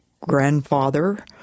grandfather